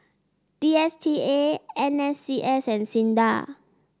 D S T A N S C S and SINDA